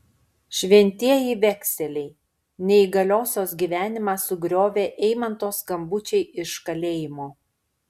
šventieji vekseliai neįgaliosios gyvenimą sugriovė eimanto skambučiai iš kalėjimo